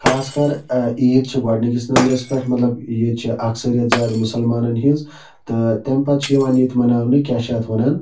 خاص کَر عیٖد چھِ گۄڈٕنِکِس نَمبرَس پٮ۪ٹھ مَطلَب ییٚتہِ چھِ اکثریَت زیادٕ مُسَلمانَن ہِنٛز تہٕ تَمہِ پَتہٕ چھِ یِوان ییٚتہِ مَناونہٕ کیٛاہ چھِ اَتھ وَنان